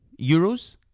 euros